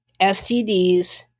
STDs